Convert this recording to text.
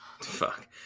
Fuck